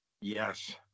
Yes